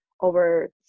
over